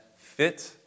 fit